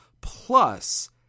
Plus